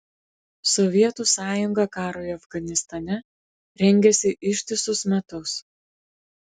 sovietų sąjunga karui afganistane rengėsi ištisus metus